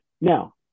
now